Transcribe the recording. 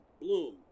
Bloom